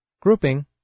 grouping